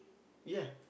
ya